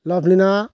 Lovlina